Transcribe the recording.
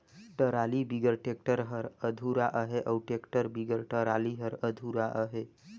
trolley बिगर tractor हर अधुरा अहे अउ टेक्टर बिगर टराली हर अधुरा अहे